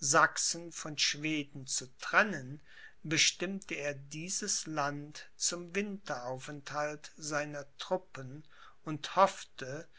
sachsen von schweden zu trennen bestimmte er dieses land zum winteraufenthalt seiner truppen und hoffte